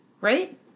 right